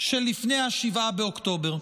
של לפני 7 באוקטובר,